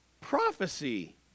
prophecy